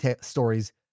stories